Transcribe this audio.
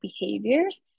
behaviors